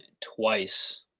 twice